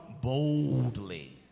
boldly